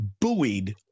buoyed